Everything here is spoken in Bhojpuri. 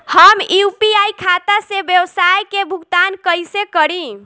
हम यू.पी.आई खाता से व्यावसाय के भुगतान कइसे करि?